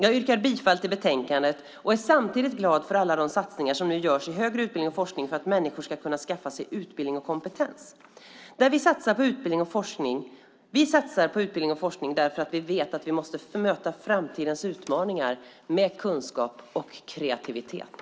Jag yrkar bifall till förslaget i betänkandet. Jag är samtidigt glad för alla de satsningar som görs i högre utbildning och forskning för att människor ska kunna skaffa sig utbildning och kompetens. Vi satsar på utbildning och forskning därför att vi vet att vi måste möta framtidens utmaningar med kunskap och kreativitet.